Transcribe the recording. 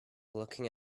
looking